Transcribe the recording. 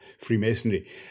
Freemasonry